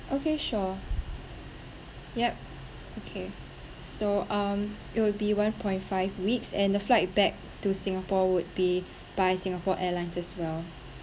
okay sure yup okay so um it will be one point five weeks and the flight back to singapore would be by singapore airlines as well